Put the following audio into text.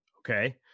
okay